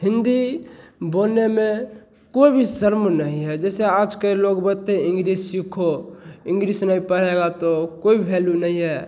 हिंदी बोलने में कोई भी शर्म नहीं है जैसे आजके लोग बोलते हैं इंग्लिस सीखो इंग्रिस नहीं पढ़ेगा तो कोई भैल्यू नहीं है